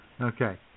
Okay